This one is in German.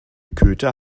köter